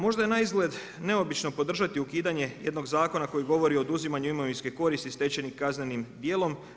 Možda je naizgled neobično podržati ukidanje jednog zakona koji govori o oduzimanju imovinske koristi stečenim kaznenim dijelom.